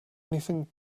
anything